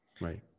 Right